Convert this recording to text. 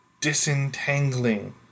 disentangling